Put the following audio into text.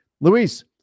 Luis